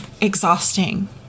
exhausting